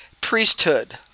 Priesthood